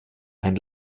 ein